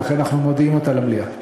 ולכן אנחנו מודיעים אותה למליאה.